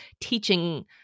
teaching